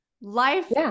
life